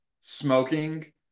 smoking